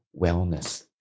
wellness